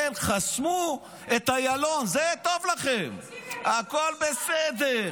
כן, חסמו את איילון, זה טוב לכם, הכול בסדר.